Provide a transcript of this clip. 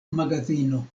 magazino